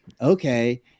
okay